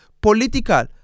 political